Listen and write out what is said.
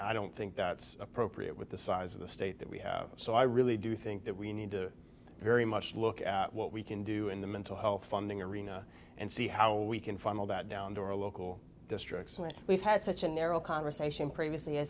i don't think that's appropriate with the size of the state that we have so i really do think that we need to very much look at what we can do in the mental health funding arena and see how we can funnel that down to our local districts and that we've had such a narrow conversation previously